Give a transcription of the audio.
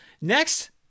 Next